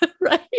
right